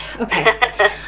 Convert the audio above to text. okay